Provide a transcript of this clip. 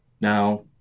Now